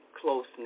closeness